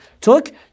took